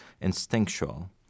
instinctual